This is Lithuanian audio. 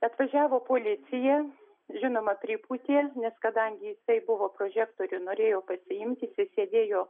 atvažiavo policija žinoma pripūtė nes kadangi jisai buvo prožektorių norėjo pasiimti jis sėdėjo